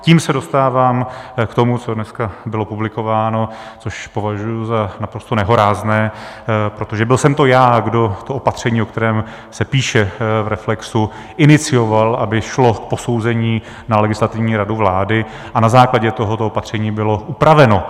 Tím se dostávám k tomu, co dneska bylo publikováno, což považuji za naprosto nehorázné, protože byl jsem to já, kdo to opatření, o kterém se píše v Reflexu, inicioval, aby šlo k posouzení na Legislativní radu vlády, a na základě toho to opatření bylo upraveno.